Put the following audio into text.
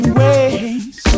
ways